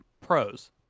Pros